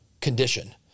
condition